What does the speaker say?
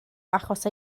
achos